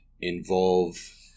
involve